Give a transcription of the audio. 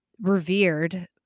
revered